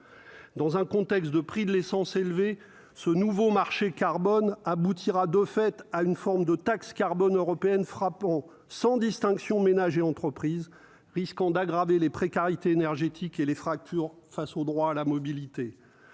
dans un contexte de prix de l'essence élevé ce nouveau marché carbone aboutira de fait à une forme de taxe carbone européenne frappant sans distinction, ménages et entreprises risquant d'aggraver les précarité énergétique et les fractures face au droit à la mobilité,